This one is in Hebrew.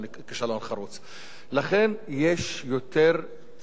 לכן, יש יותר ציניות מאשר חוק,